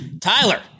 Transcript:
Tyler